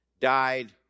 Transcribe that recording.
died